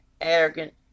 arrogant